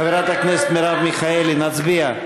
חברת הכנסת מרב מיכאלי, נצביע.